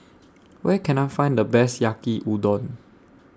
Where Can I Find The Best Yaki Udon